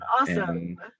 awesome